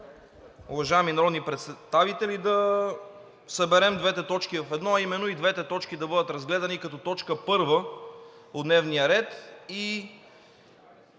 уважаеми народни представители, да съберем двете точки в едно, а именно и двете точки да бъдат разгледани като точка първа от дневния ред